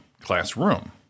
classroom